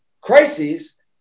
crises